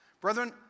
Brethren